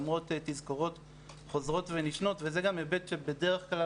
למרות תזכורות חוזרות ונשנות וזה גם היבט שבדרך כלל